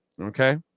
Okay